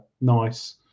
nice